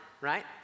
Right